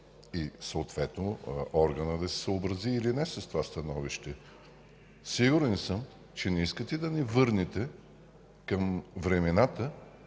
и съответно органът да се съобрази или не с това становище. Сигурен съм, че не искате да ни върнете към времената,